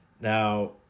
Now